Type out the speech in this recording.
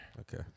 Okay